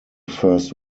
first